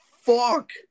fuck